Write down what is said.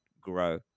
grow